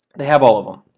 they have all of em.